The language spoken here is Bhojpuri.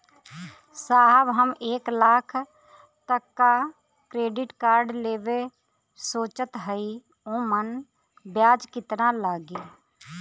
साहब हम एक लाख तक क क्रेडिट कार्ड लेवल सोचत हई ओमन ब्याज कितना लागि?